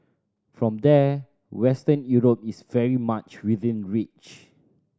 from there Western Europe is very much within reach